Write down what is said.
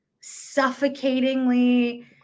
suffocatingly